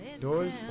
Doors